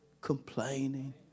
complaining